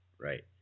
Right